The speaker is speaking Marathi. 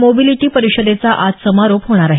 मोबिलिटी परिषदेचा आज समारोप होणार आहे